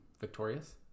Victorious